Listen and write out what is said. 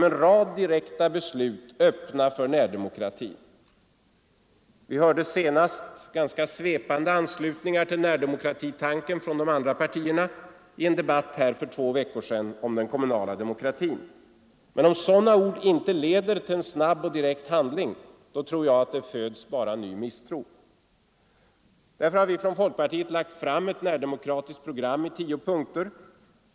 Vi hörde senast ganska svepande anslutningar till jjlighet att genom en rad konkreta beslut öppna närdemokratitanken från de andra partierna i en debatt här i riksdagen för två veckor sedan om den kommunala demokratin. Men om sådana ord inte leder till en snabb och direkt handling, tror jag att det bara föds ny misstro Därför har vi från folkpartiet lagt fram ett närdemokratiskt program i tio punkter.